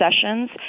sessions